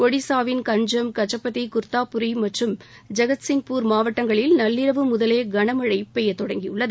ஒடிஷாவின் கஞ்ஜம் கஜபதி குர்தாபுரி மற்றும் ஜெகத்சிங்பூர் மாவட்டங்களில் நள்ளிரவு முதலே கனமழை பெய்ய தொடங்கியுள்ளது